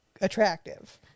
Attractive